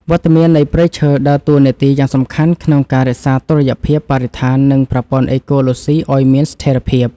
វត្តមាននៃព្រៃឈើដើរតួនាទីយ៉ាងសំខាន់ក្នុងការរក្សាតុល្យភាពបរិស្ថាននិងប្រព័ន្ធអេកូឡូស៊ីឱ្យមានស្ថិរភាព។វត្តមាននៃព្រៃឈើដើរតួនាទីយ៉ាងសំខាន់ក្នុងការរក្សាតុល្យភាពបរិស្ថាននិងប្រព័ន្ធអេកូឡូស៊ីឱ្យមានស្ថិរភាព។